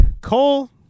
Cole